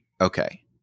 Okay